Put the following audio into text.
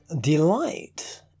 Delight